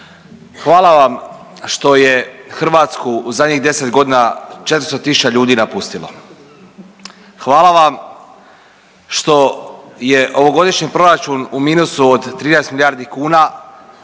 Hvala vam što je Hrvatsku u zadnjih 10 godina 400.000 ljudi napustilo. Hvala vam što je ovogodišnji proračun u minusu od 13 milijardi kuna,